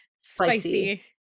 spicy